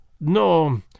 No